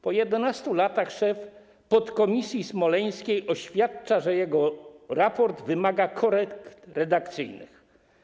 Po 11 latach szef podkomisji smoleńskiej oświadcza, że jego raport wymaga korekt redakcyjnych.